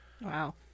Wow